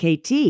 KT